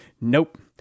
Nope